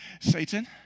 Satan